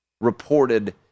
reported